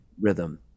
rhythm